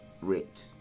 ripped